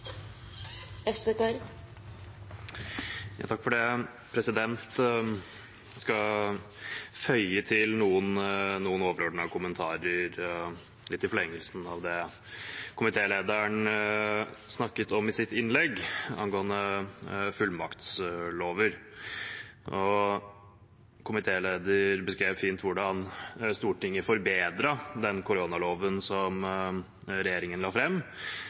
er viktig at vi passer på at de også følges opp av Stortinget. Jeg skal føye til noen overordnede kommentarer, litt i forlengelsen av det komitélederen snakket om i sitt innlegg, angående fullmaktslover. Komitélederen beskrev fint hvordan Stortinget forbedret den koronaloven som regjeringen la